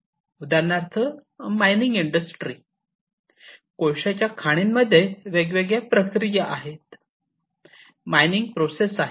उदाहरणार्थ mining industry कोळशाच्या खाणींमध्ये वेगवेगळ्या प्रक्रिया आहेत त्या आहेत मायनिंग प्रोसेस आहेत